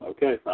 Okay